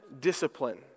discipline